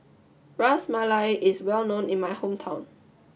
Ras Malai is well known in my hometown